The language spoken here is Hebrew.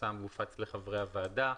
פורסם והופץ לחברי הוועדה,